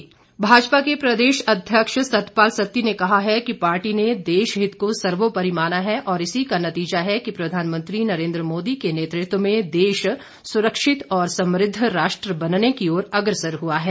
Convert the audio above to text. सत्ती भाजपा के प्रदेश अध्यक्ष सतपाल सत्ती ने कहा है कि पार्टी ने देशहित को सर्वोपरि माना है और इसी का नतीजा है कि प्रधानमंत्री नरेंद्र मोदी के नेतृत्व में देश सुरक्षित और समृद्व राष्ट्र बनने की ओर अग्रसर हुआ है